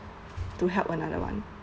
to help another one and